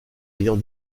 ayant